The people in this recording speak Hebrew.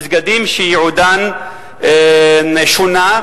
מסגדים שייעודם שונה,